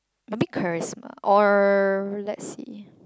maybe charisma or let's see